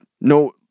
no